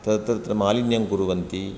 तत्र तत्र मालिन्यं कुर्वन्ति